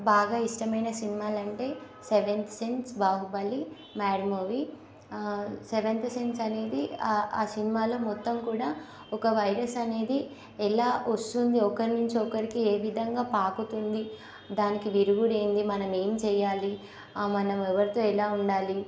బాగా ఇష్టమైన సినిమాలంటే seventh sense Baahubali mad movie seventh sense అనేది ఆ సినిమాలో మొత్తం కూడా ఒక వైరస్ అనేది ఎలా వస్తుంది ఒకరి నుంచి ఒకరికి ఏ విధంగా పాకుతుంది దానికి విరుగుడు ఏంటి మనం ఏం చేయాలి మనం ఎవరితో ఎలా ఉండాలి